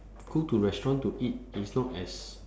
go to restaurant to eat is not as